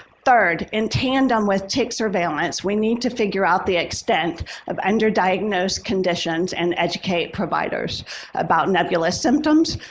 third, in tandem with tick surveillance, we need to figure out the extent of underdiagnosed conditions and educate providers about nebulous symptoms.